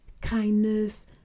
kindness